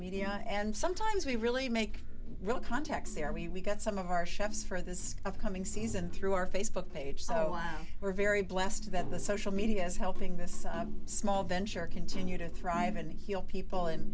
media and sometimes we really make real contacts there we got some of our chefs for this coming season through our facebook page so we're very blessed that the social media is helping this small venture continue to thrive and heal people and